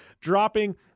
dropping